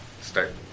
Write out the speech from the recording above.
start